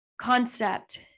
concept